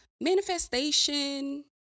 manifestation